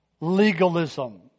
Legalism